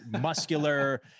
muscular